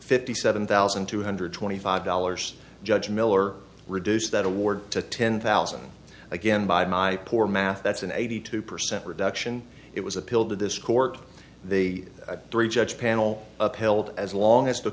fifty seven thousand two hundred twenty five dollars judge miller reduced that award to ten thousand again by my poor math that's an eighty two percent reduction it was appealed to this court they drew judge panel upheld as long as the